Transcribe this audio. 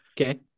Okay